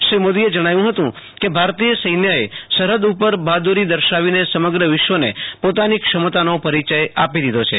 શ્રી મોદીએ જણાવ્યું હતું કે ભારતિય સૈન્યએ સરહદ ઉપર બહાદ્દરી દર્શાવીને સમગ્ર વિશ્વને પોતાની ક્ષમેતાનો પેરિયય આપી દીધો છે